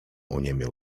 oniemiał